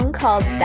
called